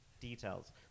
Details